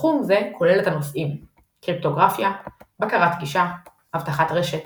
תחום זה כולל את הנושאים קריפטוגרפיה בקרת גישה אבטחת רשת